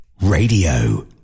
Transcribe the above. Radio